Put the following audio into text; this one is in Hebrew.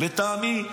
לטעמי,